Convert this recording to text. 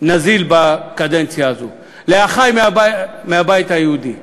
נזיל בקדנציה הזו, לאחי מהבית היהודי: